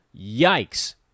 Yikes